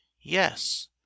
yes